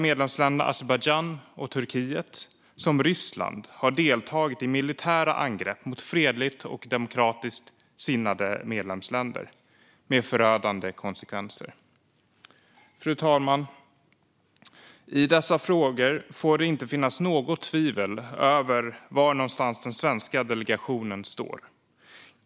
Medlemsländerna Azerbajdzjan, Turkiet och Ryssland har deltagit i militära angrepp mot fredligt och demokratiskt sinnade medlemsländer, med förödande konsekvenser. Fru talman! I dessa frågor får det inte finnas något tvivel om var någonstans den svenska delegationen står.